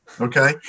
Okay